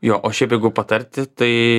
jo o šiaip jeigu patarti tai